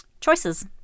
choices